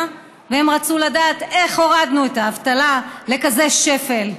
והם רצו לדעת איך הורדנו את האבטלה לכזה שפל.